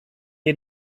had